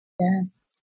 Yes